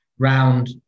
round